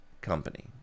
company